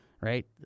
right